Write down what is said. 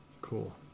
Cool